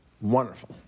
Wonderful